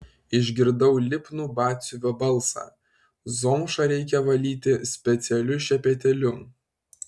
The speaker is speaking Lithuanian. išgirdau lipnų batsiuvio balsą zomšą reikia valyti specialiu šepetėliu